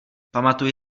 pamatuji